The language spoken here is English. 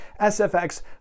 SFX